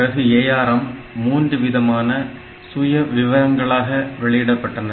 பிறகு ARM மூன்றுவிதமான சுயவிவரங்களாக வெளியிடப்பட்டன